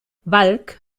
walk